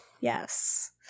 Yes